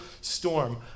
storm